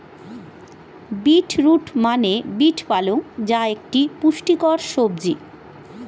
beet root মানে beet পালং যা একটি পুষ্টিকর সবজি